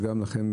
וגם לכם,